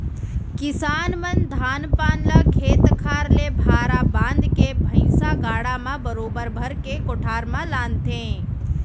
किसान मन धान पान ल खेत खार ले भारा बांध के भैंइसा गाड़ा म बरोबर भर के कोठार म लानथें